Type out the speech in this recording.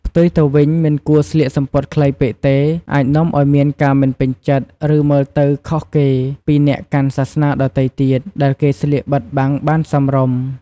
ផ្ទុយទៅវិញមិនគួរស្លៀកសំពត់ខ្លីពេកទេ អាចនាំឱ្យមានការមិនពេញចិត្តឫមើលទៅខុសគេពីអ្នកកាន់សាសនាដទែទៀត ដែលគេស្លៀកបិទបាំងបានសមរម្យ។